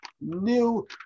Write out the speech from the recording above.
new